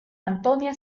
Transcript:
antonia